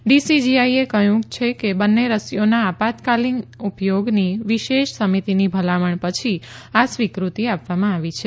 ડીસીજીઆઇએ કહ્યું કે બંને રસીઓના આયાતકાલીન ઉપયોગની વિશેષ સમિતિની ભલામણ પછી આ સ્વીકૃતિ આપવામાં આવી છે